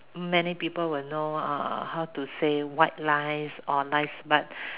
many people will know uh how to say white lies or nice but